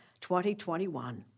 2021